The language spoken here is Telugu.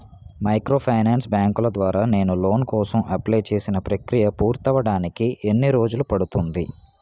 మైక్రోఫైనాన్స్ బ్యాంకుల ద్వారా నేను లోన్ కోసం అప్లయ్ చేసిన ప్రక్రియ పూర్తవడానికి ఎన్ని రోజులు పడుతుంది?